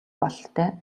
бололтой